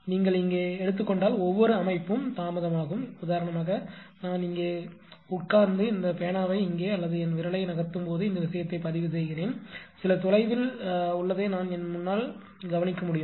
நீங்கள் இங்கே எடுத்துக்கொண்டால் ஒவ்வொரு அமைப்பும் தாமதமாகும் உதாரணமாக நான் இங்கே உட்கார்ந்து இந்த பேனாவை இங்கே அல்லது என் விரலை நகர்த்தும்போது இந்த விஷயத்தை பதிவு செய்கிறேன் சில தொலைவில் உள்ளதை நான் என் முன்னால் கவனிக்க முடியும்